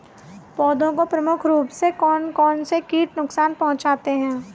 पौधों को प्रमुख रूप से कौन कौन से कीट नुकसान पहुंचाते हैं?